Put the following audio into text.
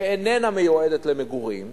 שאיננה מיועדת למגורים,